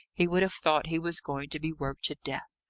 he would have thought he was going to be worked to death.